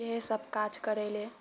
यहि सब काज करय लऽ